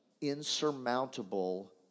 insurmountable